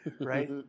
right